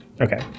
okay